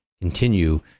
continue